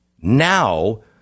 now